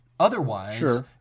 Otherwise